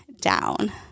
down